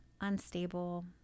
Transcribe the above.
unstable